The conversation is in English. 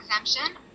exemption